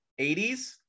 80s